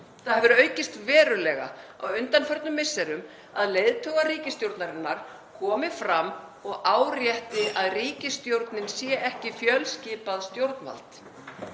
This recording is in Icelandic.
Það hefur aukist verulega á undanförnum misserum að leiðtogar ríkisstjórnarinnar komi fram og árétti að ríkisstjórnin sé ekki fjölskipað stjórnvald.